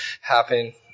happen